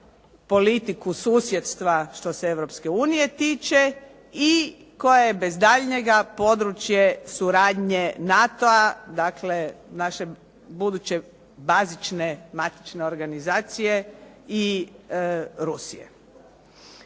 politiku susjedstva što se Europske unije tiče i koja je bez daljnjega područje suradnje NATO-a dakle, naše buduće bazične, matične organizacije i Rusije.